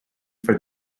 for